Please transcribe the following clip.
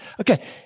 Okay